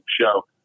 show